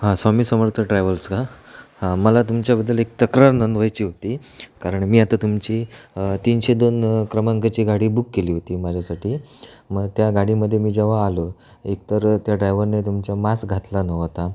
हां स्वामी समर्थ ट्रॅवल्स का मला तुमच्याबद्दल एक तक्रार नोंदवायची होती कारण मी आता तुमची तीनशे दोन क्रमांकाची गाडी बुक केली होती माझ्यासाठी मग त्या गाडीमध्ये मी जेव्हा आलो एकतर त्या डायवरने तुमच्या मास्क घातला नव्हता